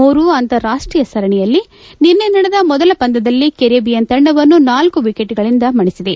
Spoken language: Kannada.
ಮೂರು ಅಂತಾರಾಷ್ಟೀಯ ಸರಣಿಯಲ್ಲಿ ನಿನ್ನೆ ನಡೆದ ಮೊದಲ ಪಂದ್ಯದಲ್ಲಿ ಕೆರೆಬಿಯನ್ ತಂಡವನ್ನು ನಾಲ್ಕು ವಿಕೆಟ್ ಗಳಿಂದ ಮಣಿಸಿದೆ